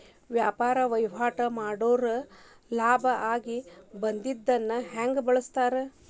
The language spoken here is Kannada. ವ್ಯಾಪಾರ್ ವಹಿವಾಟ್ ಮಾಡೋರ್ ಲಾಭ ಆಗಿ ಬಂದಿದ್ದನ್ನ ಹೆಂಗ್ ಬಳಸ್ತಾರ